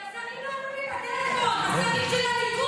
כי השרים לא ענו לי בטלפון, השרים של הליכוד.